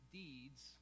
deeds